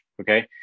Okay